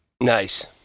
nice